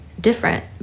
different